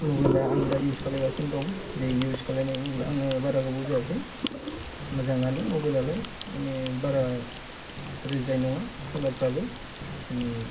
मबाइलआ आं दा इउज खालामगासिनो दं जे इउज खालामनाय आंनिया बारा गोबाव जायाखै मोजाङानो मबाइलआलाय माने बारा गाज्रिद्राय नङा कालारफ्राबो माने